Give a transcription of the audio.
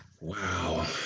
wow